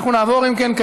אם כן,